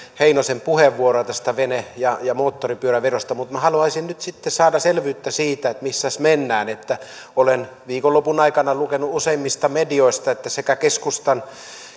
heinosen puheenvuoroa tästä vene ja ja moottoripyöräverosta mutta haluaisin nyt sitten saada selvyyttä siitä että missä mennään olen viikonlopun aikana lukenut useammista medioista että sekä keskustan